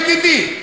ידידי,